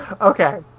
okay